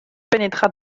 pénétra